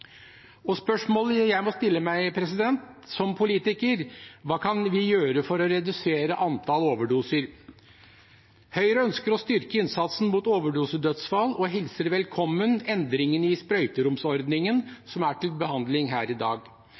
LAR-medikamenter. Spørsmålet jeg som politiker må stille meg, er: Hva kan vi gjøre for å redusere antallet overdoser? Høyre ønsker å styrke innsatsen mot overdosedødsfall og hilser velkommen endringene i sprøyteromsordningen som er til behandling her i dag.